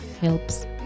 helps